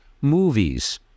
movies